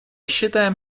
считаем